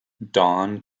dawn